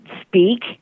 Speak